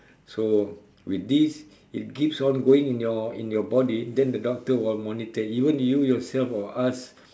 so with this it keeps on going in your in your body then the doctor will monitor even you yourself or us